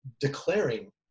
declaring